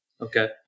Okay